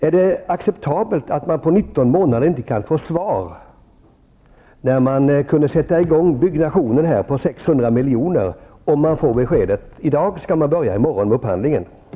Är det acceptabelt att man under 19 månader inte kan få svar på sin ansökan, när byggandet för 600 milj.kr. kunde sättas i gång genast, om man bara får besked i dag? I så fall kan kunde man börja med upphandlingen i redan i morgon.